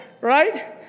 right